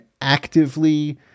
actively